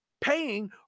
paying